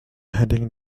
heading